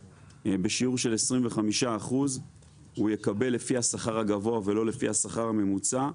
בשיעור של 25% יקבל לפי השכר הגבוה ולא לפי השכר הממוצע,